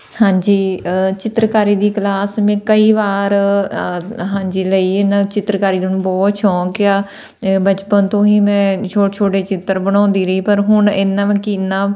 ਹਾਂਜੀ ਚਿੱਤਰਕਾਰੀ ਦੀ ਕਲਾਸ ਮੈਂ ਕਈ ਵਾਰ ਹਾਂਜੀ ਲਈ ਇਹਨਾਂ ਚਿੱਤਰਕਾਰੀ ਦਾ ਮੈਨੂੰ ਬਹੁਤ ਸ਼ੌਂਕ ਆ ਬਚਪਨ ਤੋਂ ਹੀ ਮੈਂ ਛੋਟ ਛੋਟੇ ਚਿੱਤਰ ਬਣਾਉਂਦੀ ਰਹੀ ਪਰ ਹੁਣ ਇਹਨਾਂ ਵਾ ਕਿੰਨਾ